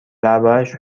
دربارهاش